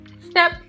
Step